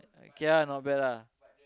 K lah not bad lah